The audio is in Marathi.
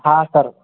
हा सर